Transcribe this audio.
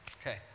Okay